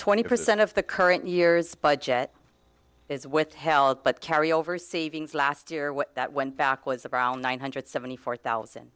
twenty percent of the current year's budget is withheld but carry over savings last year what that went back was around one hundred seventy four thousand